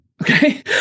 Okay